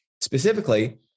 Specifically